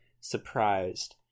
surprised